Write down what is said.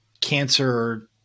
cancer